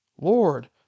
Lord